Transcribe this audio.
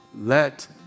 let